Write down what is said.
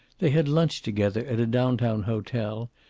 they had lunched together at a down-town hotel,